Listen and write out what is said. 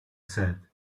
said